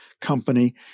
company